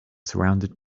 surrounded